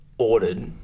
ordered